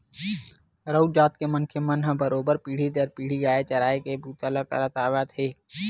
राउत जात के मनखे मन ह बरोबर पीढ़ी दर पीढ़ी गाय चराए के बूता ल करत आवत हे